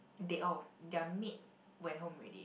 they all their maid went home already